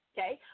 Okay